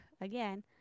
again